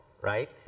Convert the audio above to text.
right